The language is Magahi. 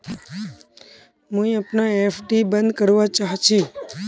मुई अपना एफ.डी बंद करवा चहची